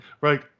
right